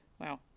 Wow